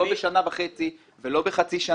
לא בשנה וחצי ולא בחצי שנה.